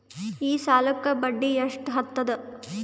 ಈ ಸಾಲಕ್ಕ ಬಡ್ಡಿ ಎಷ್ಟ ಹತ್ತದ?